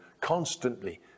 constantly